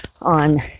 on